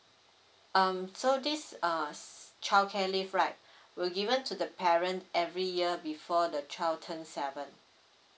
um so this uh s~ childcare leave right will given to the parent every year before the child turned seven